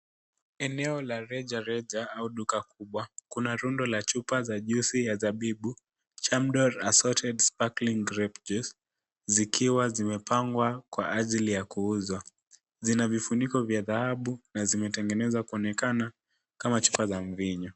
Eneo la reja reja au duka kubwa, kuna rundo la chupa za juisi ya zabibu, chamdor assorted sparkling grapes juice , zikiwa zimepangwa kwa ajili ya kuuzwa. Zina vifuniko vya dhahabu na zimetengenezwa kuonekana, kama chupa za mvinyo.